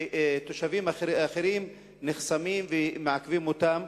ותושבים אחרים נחסמים ומעכבים אותם?